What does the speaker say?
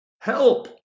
Help